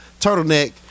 turtleneck